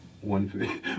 one